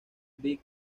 big